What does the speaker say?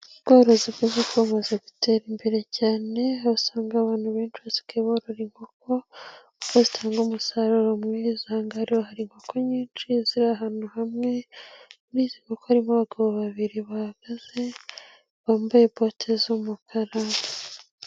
Ubworozi bw'inkoko bumaze gutera imbere cyane ,aho usanga abantu benshi basigaye borora inkoko, kuko zitanga umusaruro mwiza. Aha ngaha rero hari inkoko nyinshi ziri ahantu hamwe, muri izi nkoko harimo abagabo babiri bahagaze bambaye bote z'umukara.